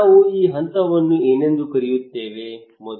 ನಾವು ಈ ಹಂತವನ್ನು ಏನೆಂದು ಕರೆಯುತ್ತೇವೆ